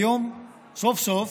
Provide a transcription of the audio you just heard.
כיום, סוף-סוף,